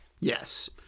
Yes